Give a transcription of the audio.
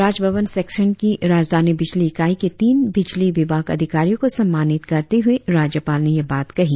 Raj Bhavan section की राजधानी बिजली इकाई के तीन बिजली विभाग अधिकारियों को सम्मानित करते हुए राज्यपाल ने यह बात कही